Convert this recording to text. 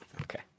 Okay